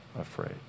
afraid